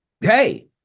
Hey